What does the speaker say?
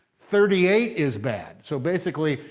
thirty eight is bad. so basically,